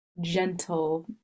Gentle